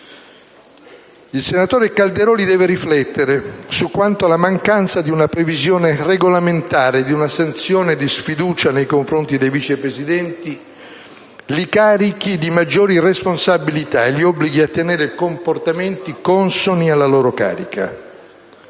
Il senatore Calderoli deve riflettere su quanto la mancanza di una previsione regolamentare e di una sanzione di sfiducia nei confronti dei Vice Presidenti li carichi di maggiori responsabilità e li obblighi a tenere comportamenti consoni alla loro carica.